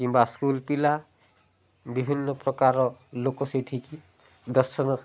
କିମ୍ବା ସ୍କୁଲ୍ ପିଲା ବିଭିନ୍ନ ପ୍ରକାର ଲୋକ ସେଇଠିକି ଦର୍ଶନ